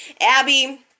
Abby